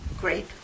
great